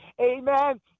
amen